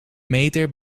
meter